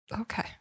Okay